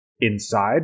inside